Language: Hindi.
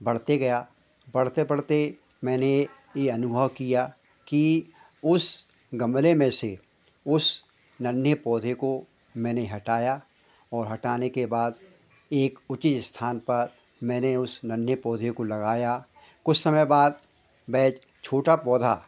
बढ़ते गया बढ़ते बढ़ते मैंने यह अनुभव किया कि उस गमले में से उस नन्हे पौधे को मैंने हटाया और हटाने के बाद एक उचित स्थान पर मैंने उस नन्हे पौधे को लगाया कुछ समय बाद वह छोटा पौधा